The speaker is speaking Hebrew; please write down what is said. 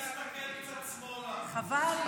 חבל.